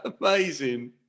amazing